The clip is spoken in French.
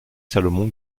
salomon